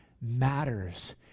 matters